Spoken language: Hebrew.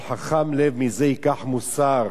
כל חכם לב מזה ייקח מוסר